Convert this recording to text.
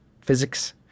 physics